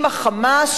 עם ה"חמאס",